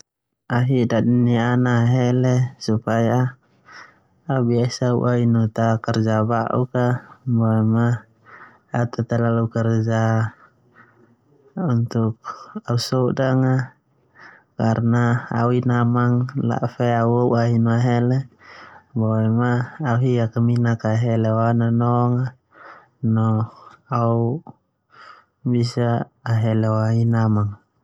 Au hi dadi niana ahele supaya au bisa u'a inu ta kerja ba'uk a boema ah ta talalu kereja untuk au sodang a karna au ina amang fe au u'a ini ahele no au akaminak ahele no au nanong no au bisa ahel o au ina amang.